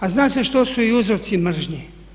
A zna se što su i uzroci mržnje.